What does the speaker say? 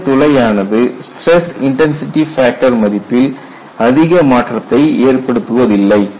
இந்தத் துளையானது stress intensity factor மதிப்பில் அதிக மாற்றத்தை ஏற்படுத்துவதில்லை